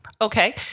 Okay